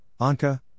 Anka